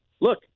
look